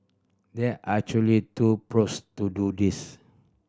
there actually two pros to do this